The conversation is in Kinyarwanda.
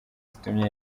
zitumye